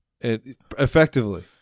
Effectively